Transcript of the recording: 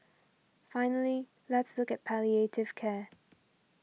finally let's look at palliative care